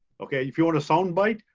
okay, if you want a sound bite,